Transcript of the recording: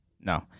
no